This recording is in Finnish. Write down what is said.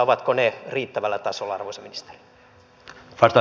ovatko ne riittävällä tasolla arvoisa ministeri